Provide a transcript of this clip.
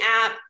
app